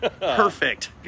perfect